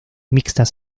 mixtas